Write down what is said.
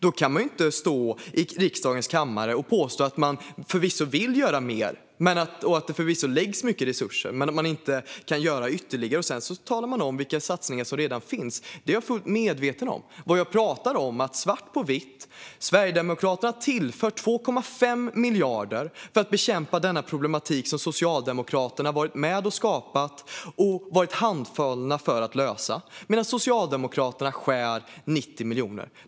Då kan man inte stå i riksdagens kammare och påstå att man förvisso vill göra mer och att det läggs mycket resurser på det men att man inte kan göra ytterligare. Sedan talar man om vilka satsningar som redan finns. Det är jag fullt medveten om. Vad jag pratar om kan man läsa svart på vitt. Sverigedemokraterna tillför 2,5 miljarder för att bekämpa denna problematik som Socialdemokraterna har varit med och skapat och varit handfallna inför att lösa medan Socialdemokraterna skär bort 90 miljoner.